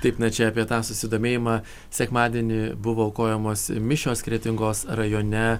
taip na čia apie tą susidomėjimą sekmadienį buvo aukojamos mišios kretingos rajone